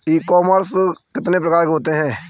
ई commerce कितने प्रकार के होते हैं?